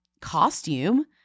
costume